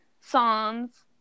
songs